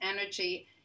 energy